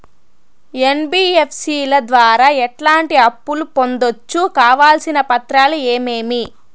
NBFC ల ద్వారా ఎట్లాంటి అప్పులు పొందొచ్చు? కావాల్సిన పత్రాలు ఏమేమి?